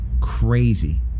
Crazy